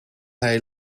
hij